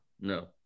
No